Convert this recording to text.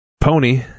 Pony